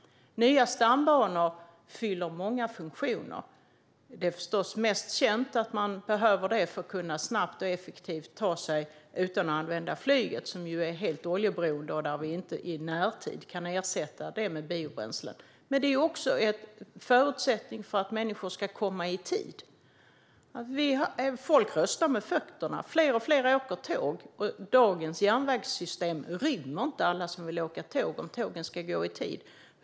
Nya stambanor fyller många funktioner. Det är förstås mest känt att man behöver dem för att snabbt och effektivt kunna ta sig fram utan att använda flyget, som ju är helt beroende av olja som i närtid inte kan ersättas med biobränslen. Men de är också en förutsättning för att människor ska komma i tid. Folk röstar med fötterna. Fler och fler åker tåg. Dagens järnvägssystem rymmer inte alla som vill åka tåg om tågen ska gå i tid.